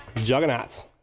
juggernauts